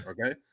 okay